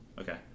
Okay